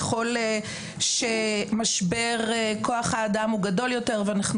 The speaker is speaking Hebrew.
ככל שמשבר כוח האדם הוא גדול יותר ואנחנו